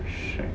shag